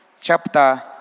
chapter